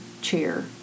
chair